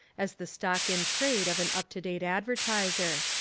as the stock in trade of an up-to-date advertiser.